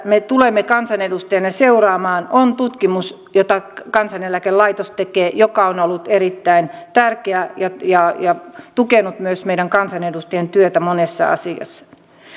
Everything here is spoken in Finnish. me tulemme kansanedustajina seuraamaan on tutkimus jota kansaneläkelaitos tekee joka on ollut erittäin tärkeää ja ja tukenut myös meidän kansanedustajien työtä monessa asiassa